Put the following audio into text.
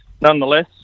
nonetheless